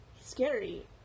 scary